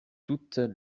toutes